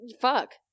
fuck